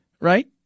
right